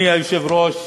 אדוני היושב-ראש,